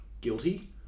guilty